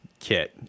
kit